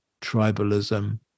tribalism